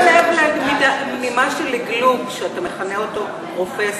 אני שמה לב לנימה של לגלוג כשאתה מכנה אותו "פרופסור".